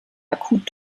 akut